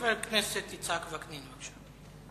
חבר הכנסת יצחק וקנין, בבקשה.